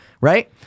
right